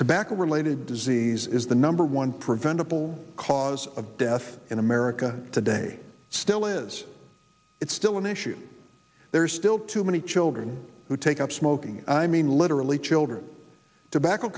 tobacco related disease is the number one preventable cause of death in america today still is it still an issue there are still too many children who take up smoking i mean literally children tobacco